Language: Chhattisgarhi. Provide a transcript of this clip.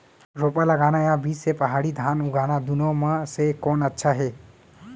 रोपा लगाना या बीज से पड़ही धान उगाना दुनो म से कोन अच्छा हे?